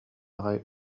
аҕай